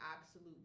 absolute